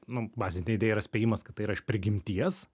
nu bazinė idėja yra spėjimas kad tai yra iš prigimties